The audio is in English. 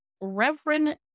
Reverend